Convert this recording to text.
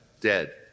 dead